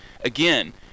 again